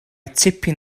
tipyn